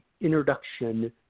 introduction